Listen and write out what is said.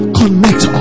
connect